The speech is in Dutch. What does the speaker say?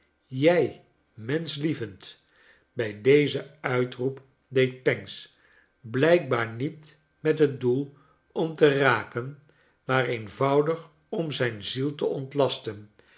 jij menschlievend bij dezen uitroep deed pancks blijkbaar niet met het doel om te raken maar eenvoudig om zijn ziel te ontlasten